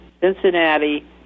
Cincinnati